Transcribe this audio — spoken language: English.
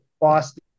Boston